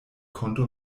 konto